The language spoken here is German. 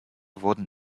wurden